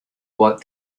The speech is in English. what